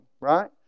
Right